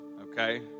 okay